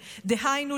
דהיינו,